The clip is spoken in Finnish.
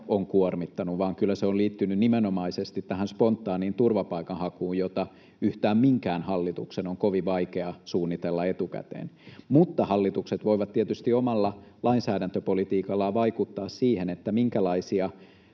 on kuormittanut, vaan kyllä se on liittynyt nimenomaisesti tähän spontaaniin turvapaikanhakuun, jota yhtään minkään hallituksen on kovin vaikea suunnitella etukäteen, mutta hallitukset voivat tietysti omalla lainsäädäntöpolitiikallaan vaikuttaa siihen, minkälaisia